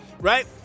right